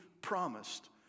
promised